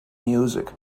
music